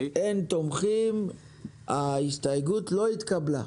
גם ההסתייגות הנ"ל לא התקבלה.